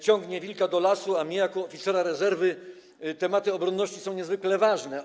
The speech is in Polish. Ciągnie wilka do lasu, a dla mnie jako oficera rezerwy tematy obronności są niezwykle ważne.